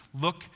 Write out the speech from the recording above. look